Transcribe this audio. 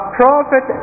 prophet